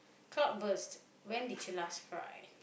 cloudburst when did you last cry